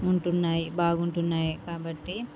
ఉంటున్నాయి బాగుంటున్నాయి కాబట్టి